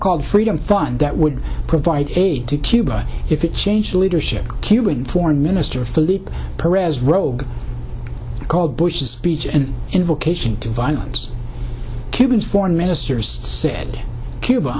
called freedom fund that would provide aid to cuba if it changed the leadership of cuban foreign minister felipe pereira's rogue called bush's speech and invocation to violence cubans foreign ministers said cuba